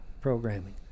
programming